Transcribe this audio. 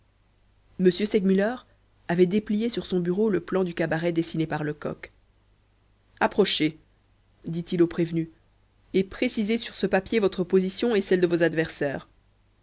m segmuller avait déplié sur son bureau le plan du cabaret dessiné par lecoq approchez dit-il au prévenu et précisez sur ce papier votre position et celle de vos adversaires